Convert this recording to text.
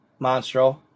Monstro